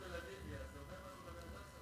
טלוויזיה, זה אומר משהו גם על "הדסה"?